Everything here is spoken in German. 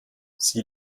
sie